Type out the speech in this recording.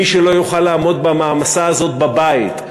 מי שלא יוכל לעמוד במעמסה הזאת בבית,